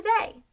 today